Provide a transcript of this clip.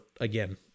again